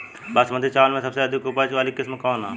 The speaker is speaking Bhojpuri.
बासमती चावल में सबसे अधिक उपज वाली किस्म कौन है?